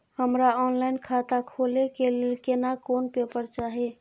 हमरा ऑनलाइन खाता खोले के लेल केना कोन पेपर चाही?